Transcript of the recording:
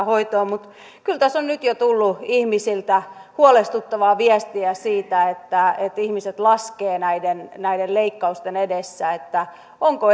hoitoa mutta kyllä tässä on nyt jo tullut ihmisiltä huolestuttavaa viestiä siitä että että ihmiset laskevat näiden näiden leikkausten edessä onko